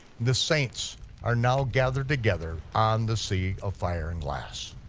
the saints are now gathered together on the sea of fire and glass.